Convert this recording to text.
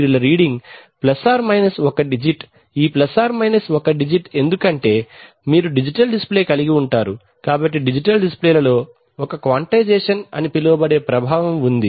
2 reading ± ఒక digit ఈ ± ఒక డిజిట్ ఎందుకంటే మీరు డిజిటల్ డిస్ప్లే కలిగి ఉంటారు కాబట్టి డిజిటల్ డిస్ప్లేలలో ఒక క్వాంటైజేషన్ అని పిలువబడే ప్రభావం ఉంది